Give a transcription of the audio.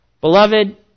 Beloved